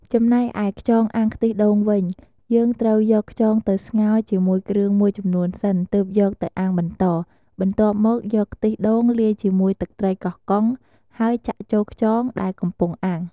ចំណែកឯខ្យងអាំងខ្ទិះដូងវិញ យើងត្រូវយកខ្យងទៅស្ងោរជាមួយគ្រឿងមួយចំនួនសិន ទើបយកទៅអាំងបន្ត បន្ទាប់មកយកខ្ទិះដូងលាយជាមួយទឹកត្រីកោះកុង ហើយចាក់ចូលខ្យងដែលកំពុងអាំង។